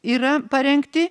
yra parengti